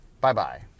Bye-bye